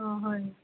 অ হয়